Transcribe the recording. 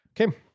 okay